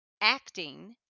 acting